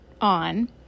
on